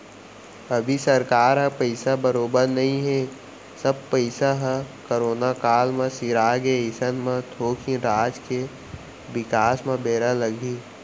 अभी सरकार ह पइसा बरोबर नइ हे सब पइसा ह करोना काल म सिरागे अइसन म थोकिन राज के बिकास म बेरा लगही